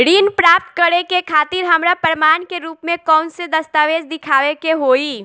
ऋण प्राप्त करे के खातिर हमरा प्रमाण के रूप में कउन से दस्तावेज़ दिखावे के होइ?